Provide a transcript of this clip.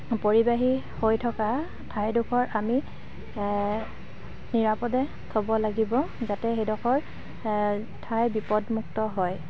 পৰিবাহী হৈ থকা ঠাইডখৰ আমি নিৰাপদে থ'ব লাগিব যাতে সেইডখৰ ঠাই বিপদ মুক্ত হয়